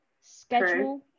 Schedule